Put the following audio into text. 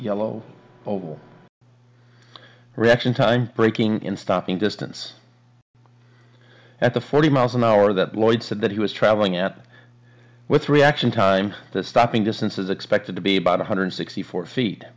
oval reaction time breaking in stopping distance at the forty miles an hour that lloyd said that he was traveling at with reaction time the stopping distance is expected to be about one hundred sixty four feet